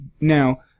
Now